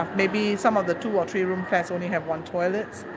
maybe some of the two or three room flats only have one toilet,